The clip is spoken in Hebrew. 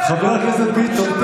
חבר הכנסת ביטון,